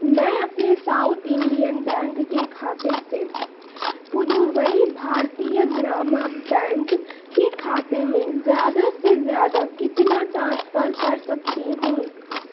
میں اپنے South Indian Bank کے کھاتے سے پدووئی بھارتیہ گراما بینک کے کھاتے میں زیادہ سے زیادہ کتنا ٹرانسفر کر سکتی ہوں